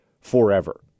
forever